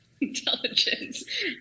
intelligence